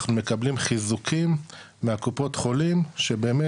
אנחנו מקבלים חיזוקים מקופות החולים שבאמת,